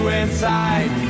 inside